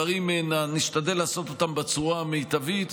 ונשתדל לעשות את הדברים בצורה המיטבית.